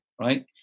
right